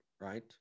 right